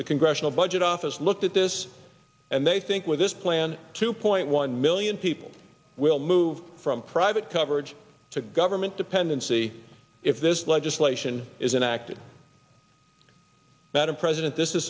the congressional budget office looked at this and they think with this plan two point one million people will move from private coverage to government dependency if this legislation is an act of better president this is